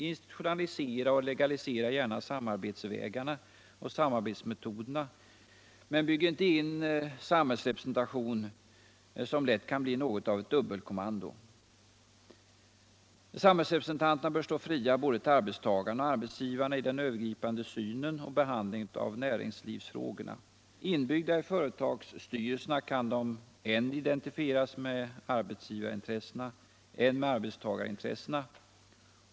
Institutionalisera och legalisera gärna samarbetsvägarna och samarbetsmetoderna, men bygg inte in samhällsrepresentation som lätt kan bli något av ett dubbelkommando. Samhällsrepresentanterna bör stå fria både till arbetstagarna och arbetsgivarna i den övergripande synen och behandlingen av näringslivsfrågorna. Inbyggda i företagsstyrelserna kan de indentifieras än med arbetsgivarintressena, än med arbetstagarintressena.